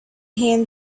hand